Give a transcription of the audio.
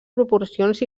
proporcions